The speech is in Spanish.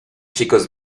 chicos